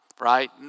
right